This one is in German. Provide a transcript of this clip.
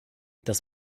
das